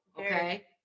okay